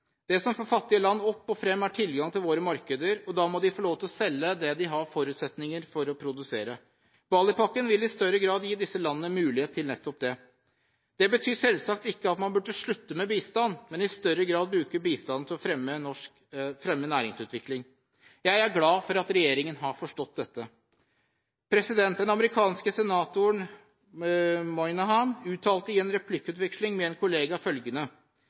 Det som får fattige land opp og fram, er tilgang til våre markeder, og da må de få lov til å selge det har forutsetninger for å produsere. Bali-pakken vil i større grad gi disse landene mulighet til nettopp det. Det betyr selvsagt ikke at man burde slutte med bistand, men at man i større grad bør bruke bistand til å fremme næringsutvikling. Jeg er glad for at regjeringen har forstått dette. Den amerikanske senatoren Daniel Patrick Moynihan uttalte i en replikkutveksling med en kollega følgende: